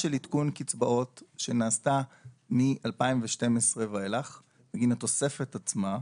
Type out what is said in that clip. של עדכון קצבאות שנעשתה מ-2012 ואילך בגין התוספת עצמה,